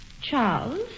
Charles